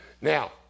Now